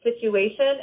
situation